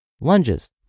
lunges